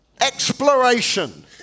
exploration